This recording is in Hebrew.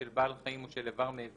של בעל חיים או של אבר מאבריהם,